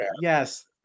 Yes